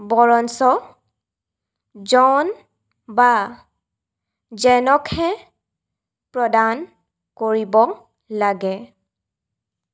বৰঞ্চ জন বা জেনকহে প্ৰদান কৰিব লাগে